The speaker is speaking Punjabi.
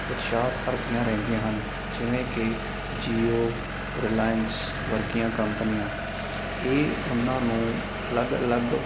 ਉਤਸ਼ਾਹ ਭਰਦੀਆਂ ਰਹਿੰਦੀਆਂ ਹਨ ਜਿਵੇਂ ਕਿ ਜੀਓ ਰਿਲਾਇੰਸ ਵਰਗੀਆਂ ਕੰਪਨੀਆਂ ਇਹ ਉਹਨਾਂ ਨੂੰ ਅਲੱਗ ਅਲੱਗ